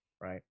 Right